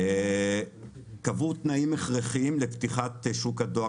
קבעו תנאים הכרחיים לפתיחת שוק הדואר